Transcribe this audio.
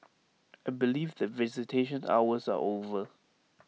I believe that visitation hours are over